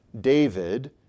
David